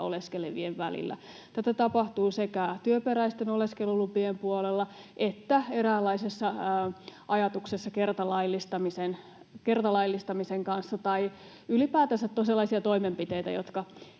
oleskelevien välillä. Tätä tapahtuu sekä työperäisten oleskelulupien puolella että eräänlaisessa ajatuksessa kertalaillistamisen kanssa, tai ylipäätänsä, että on sellaisia toimenpiteitä, jotka